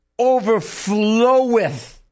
overfloweth